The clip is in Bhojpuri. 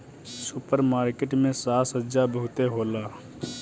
सुपर मार्किट में साज सज्जा बहुते होला